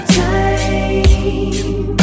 time